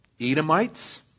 Edomites